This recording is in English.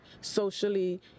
socially